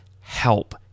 help